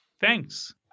Thanks